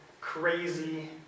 crazy